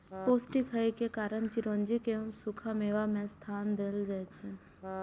पौष्टिक होइ के कारण चिरौंजी कें सूखा मेवा मे स्थान देल जाइ छै